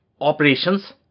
operations